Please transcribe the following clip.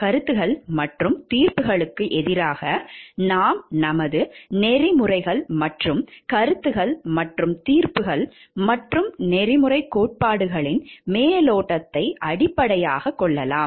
கருத்துக்கள் மற்றும் தீர்ப்புகளுக்கு எதிராக நாம் நமது நெறிமுறைகள் மற்றும் கருத்துக்கள் மற்றும் தீர்ப்புகள் மற்றும் நெறிமுறை கோட்பாடுகளின் மேலோட்டத்தை அடிப்படையாகக் கொள்ளலாம்